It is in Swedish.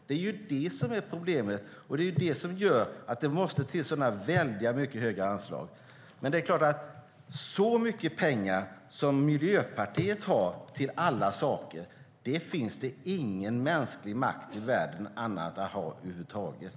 Det är problemet, och det gör att det måste till så höga anslag. Så mycket pengar som Miljöpartiet har till alla saker finns det ingen mänsklig makt i världen att ha över huvud taget.